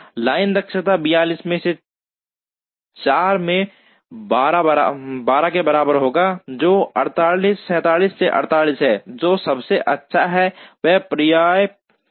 line दक्षता 47 में 4 में 12 के बराबर है जो 47 में 48 है जो सबसे अच्छा है वह प्राप्य है